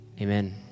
Amen